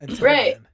Right